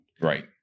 Right